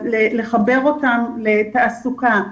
לחבר אותם לתעסוקה,